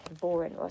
boring